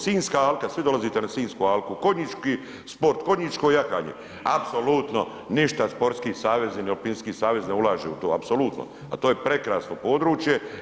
Sinjska alka, svi dolazite na Sinjsku alku, konjički sport, konjičko jahanje, apsolutno ništa sportski savez, …/nerazumljivo/… savez ne ulaže u to apsolutno, a to je prekrasno područje.